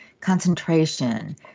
concentration